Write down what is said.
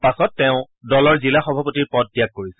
পাছত তেওঁ দলৰ জিলা সভাপতিৰ পদ ত্যাগ কৰিছিল